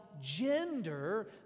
gender